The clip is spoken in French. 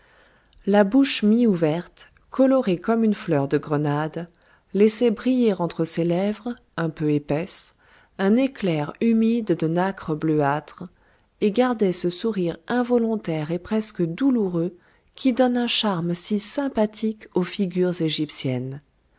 la bouche mi ouverte colorée comme une fleur de grenade laissait briller entre ses lèvres un peu épaisses un éclair humide de nacre bleuâtre et gardait ce sourire involontaire et presque douloureux qui donne un charme si sympathique aux figures égyptiennes